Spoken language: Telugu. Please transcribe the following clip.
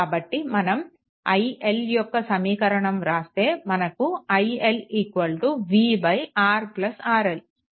కాబట్టి మనం iL యొక్క సమీకరణం వ్రాస్తే మనకు iL v RRL